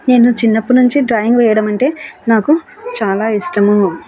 నేను చిన్నప్పటినుంచి డ్రాయింగ్ వేయడం అంటే నాకు చాలా ఇష్టము